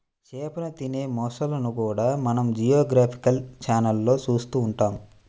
చేపలను తినే మొసళ్ళను కూడా మనం జియోగ్రాఫికల్ ఛానళ్లలో చూస్తూ ఉంటాం